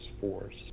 force